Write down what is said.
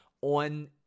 on